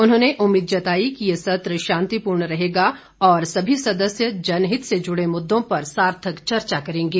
उन्होंने उम्मीद जताई कि ये सत्र शांतिपूर्ण रहेगा और सभी सदस्य जनहित से जुड़े मुददों पर सार्थक चर्चा करेंगे